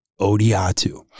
Odiatu